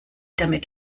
damit